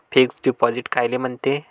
Fix deposit कायले म्हनते?